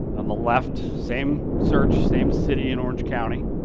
on the left same search, same city in orange county